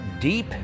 deep